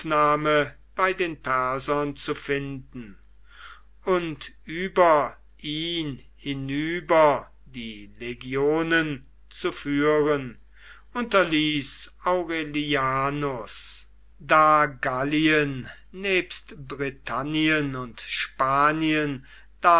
bei den persern zu finden und über ihn hinüber die legionen zu führen unterließ aurelianus da gallien nebst britannien und spanien